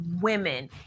women